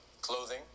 clothing